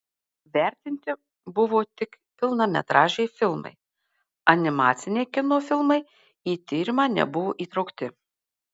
vertinti buvo tik pilnametražiai filmai animaciniai kino filmai į tyrimą nebuvo įtraukti